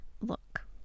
look